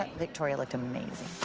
victoria looked amazing.